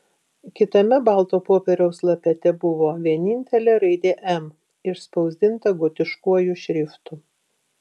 kitame balto popieriaus lape tebuvo vienintelė raidė m išspausdinta gotiškuoju šriftu